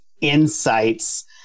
insights